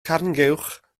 carnguwch